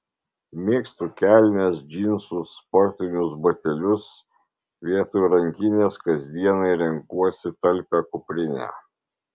mėgstu kelnes džinsus sportinius batelius vietoj rankinės kasdienai renkuosi talpią kuprinę